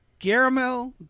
Garamel